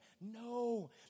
No